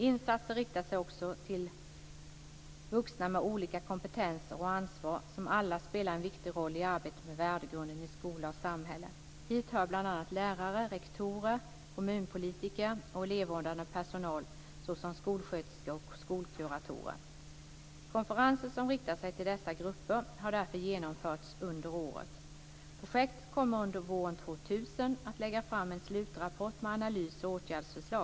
Insatser riktar sig också till vuxna med olika kompetenser och ansvar som alla spelar en viktig roll i arbetet med värdegrunden i skola och samhälle. Hit hör bl.a. lärare, rektorer, kommunpolitiker och elevvårdande personal, såsom skolsköterskor och skolkuratorer. Konferenser som riktar sig till dessa grupper har därför genomförts under året. Projektet kommer under våren 2000 att lägga fram en slutrapport med analys och åtgärdsförslag.